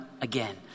again